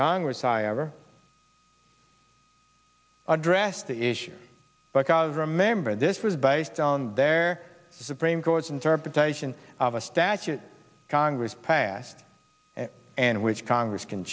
congress i ever addressed the issue because remember this was based on their supreme court's interpretation of a statute congress passed and which congress can